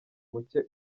mucye